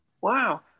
Wow